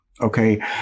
Okay